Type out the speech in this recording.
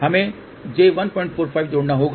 हमें j145 जोड़ना होगा